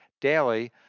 daily